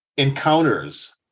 encounters